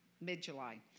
mid-July